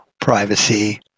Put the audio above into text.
privacy